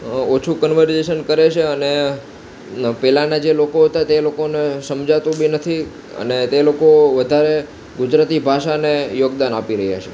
ઓછું કનવર્જેશન કરે છે અને પહેલાના જે લોકો હતા તે લોકોનું લોકોને સમજાતું બી નથી અને તે લોકો વધારે ગુજરાતી ભાષાને યોગદાન આપી રહ્યાં છે